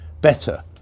better